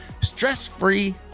stress-free